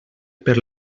per